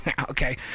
Okay